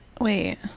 Wait